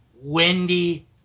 Wendy